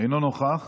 אינו נוכח.